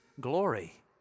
glory